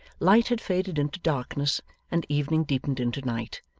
light had faded into darkness and evening deepened into night,